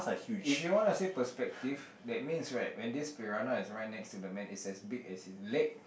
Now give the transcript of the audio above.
if you want to say perspective that means right when this piranha is right next to the man is as big as his leg